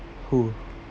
who